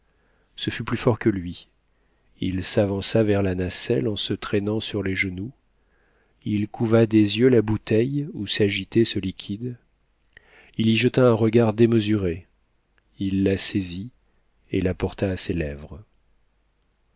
ce fut plus fort que lui il s'avança vers la nacelle en se traînant sur les genoux il couva des yeux la bouteille où s'agitait ce liquide il y jeta un regard démesuré il la saisit et la porta à ses lèvres